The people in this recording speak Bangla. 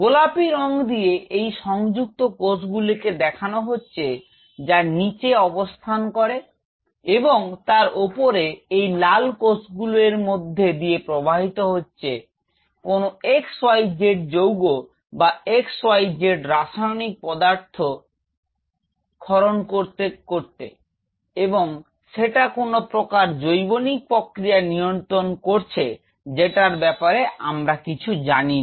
গোলাপি রঙ দিয়ে এই সংযুক্ত কোষগুলোকে দেখান হচ্ছে যা নীচে অবস্থান করে এবং তার উপরে এই লাল কোষগুলো এর মধ্যে দিয়ে প্রবাহিত হচ্ছে কোন xyz যৌগ বা xyz রাসায়নিক পদাথ খন করতে করতে এবং সেটা কোনও প্রকার জৈবনিক প্রক্রিয়া নিয়ন্ত্রণ করছে জেটার ব্যাপারে আমরা কিছু জানি না